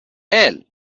السه